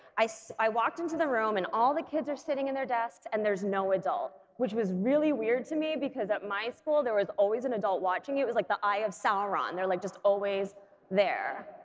i so i walked into the room and all the kids are sitting in their desks and there's no adult. which was really weird to me because at my school there was always an adult watching you, it was like the eye of sauron they're like just always there.